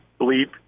bleep